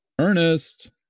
Ernest